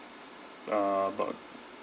uh about